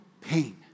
pain